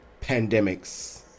pandemics